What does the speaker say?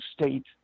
state